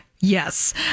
Yes